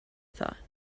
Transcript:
thought